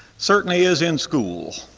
certainly is in school.